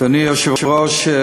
אדוני היושב-ראש,